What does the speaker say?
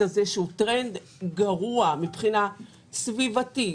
הזה שהוא טרנד גרוע מבחינה סביבתית,